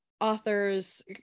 authors